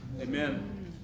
Amen